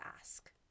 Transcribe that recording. ask